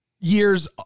years